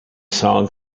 song